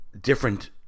different